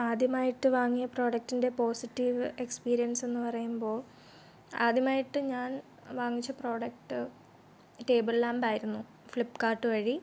ആദ്യമായിട്ട് വാങ്ങിയ പ്രൊഡക്റ്റിൻ്റെ പോസിറ്റീവ് എക്സ്പീരിയൻസ്ന്ന് പറയുമ്പോൾ ആദ്യമായിട്ട് ഞാൻ വാങ്ങിച്ച പ്രൊഡക്ട് ടേബിൾ ലാംബായിരുന്നു ഫ്ലിപ്കാർട്ട് വഴി